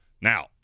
Now